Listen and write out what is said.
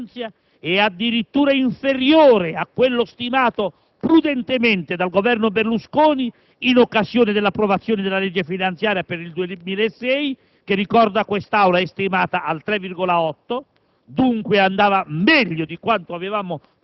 Tale rapporto, che la Nota evidenzia, è addirittura inferiore a quello stimato prudentemente dal Governo Berlusconi in occasione dell'approvazione della legge finanziaria per il 2006 - che, ricordo all'Assemblea,